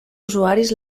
usuaris